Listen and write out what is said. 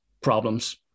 problems